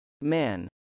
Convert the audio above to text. Man